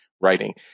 writing